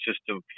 system